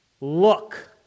Look